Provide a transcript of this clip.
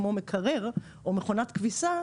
כמו מקרר או מכונת כביסה,